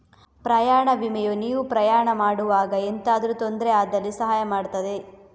ಪ್ರಯಾಣ ವಿಮೆಯು ನೀವು ಪ್ರಯಾಣ ಮಾಡುವಾಗ ಎಂತಾದ್ರೂ ತೊಂದ್ರೆ ಆದಲ್ಲಿ ಸಹಾಯ ಮಾಡ್ತದೆ